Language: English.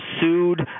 sued